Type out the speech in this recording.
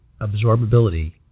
absorbability